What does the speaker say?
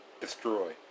destroy